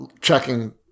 checking